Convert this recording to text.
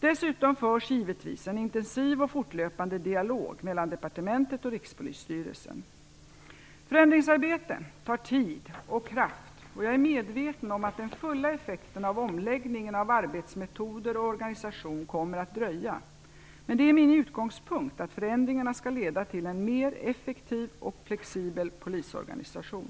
Dessutom förs givetvis en intensiv och fortlöpande dialog mellan departementet och Rikspolisstyrelsen. Förändringsarbete tar tid och kraft, och jag är medveten om att den fulla effekten av omläggningen av arbetsmetoder och organisation kommer att dröja. Men det är min utgångspunkt att förändringarna skall leda till en mer effektiv och flexibel polisorganisation.